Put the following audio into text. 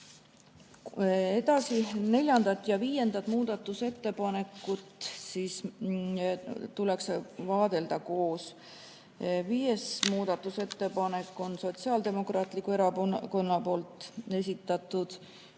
Edasi, neljandat ja viiendat muudatusettepanekut tuleks vaadelda koos. Viies muudatusettepanek on Sotsiaaldemokraatliku Erakonna esitatud